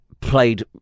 played